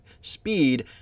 speed